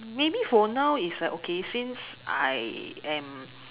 maybe for now it's like okay since I am